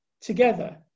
together